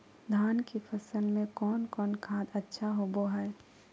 धान की फ़सल में कौन कौन खाद अच्छा होबो हाय?